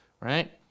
right